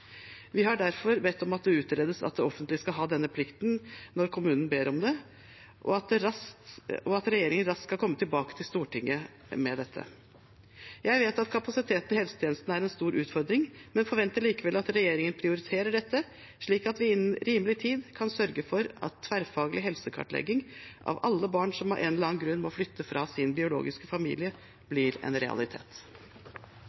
Vi har derfor bedt om at det utredes at det offentlige skal ha denne plikten når kommunen ber om det, og at regjeringen raskt skal komme tilbake til Stortinget med dette. Jeg vet at kapasiteten i helsetjenestene er en stor utfordring, men forventer likevel at regjeringen prioriterer dette, slik at vi innen rimelig tid kan sørge for at tverrfaglig helsekartlegging av alle barn som av en eller annen grunn må flytte fra sin biologiske familie,